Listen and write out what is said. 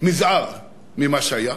מזער ממה שהיה.